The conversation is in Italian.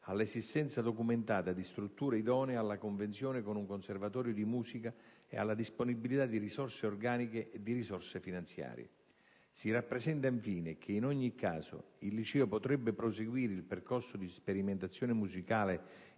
all'esistenza documentata di strutture idonee, alla convenzione con un conservatorio di musica, alla disponibilità di risorse organiche e finanziarie. Si rappresenta, infine, che, in ogni caso, il liceo potrebbe proseguire il percorso di sperimentazione musicale